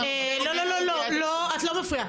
את לא מפריעה.